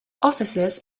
officers